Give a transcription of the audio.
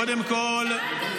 קודם כול --- שאלתי אותך.